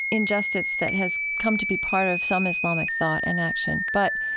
injustice that has come to be part of some islamic thought and action but